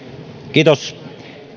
kiitos